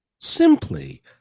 Simply